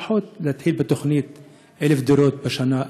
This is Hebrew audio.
לפחות להתחיל בתוכנית של 1,000 דירות בשנה,